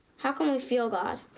how can we feel god?